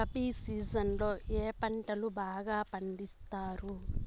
rabi season లో ఏ పంటలు బాగా పండిస్తారు